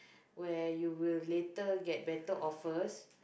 where you will later get better offers